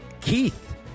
Keith